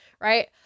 Right